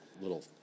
little